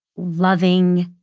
loving,